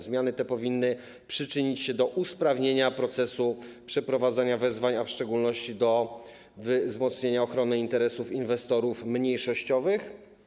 Zmiany te powinny przyczynić się do usprawnienia procesu przeprowadzenia wezwań, a w szczególności do wzmocnienia ochrony interesów inwestorów mniejszościowych.